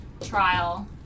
trial